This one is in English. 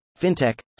fintech